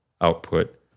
output